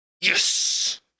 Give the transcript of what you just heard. yes